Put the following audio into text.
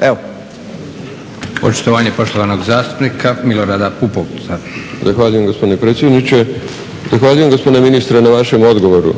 **Leko, Josip (SDP)** Očitovanje poštovanog zastupnika Milorada Pupovca. **Pupovac, Milorad (SDSS)** Zahvaljujem gospodine predsjedniče. Zahvaljujem gospodine ministre na vašem odgovoru